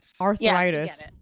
arthritis